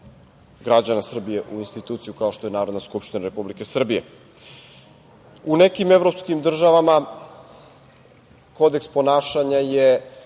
građana Srbije u instituciju kao što je Narodna skupština Republike Srbije.U nekim evropskim državama kodeks ponašanja je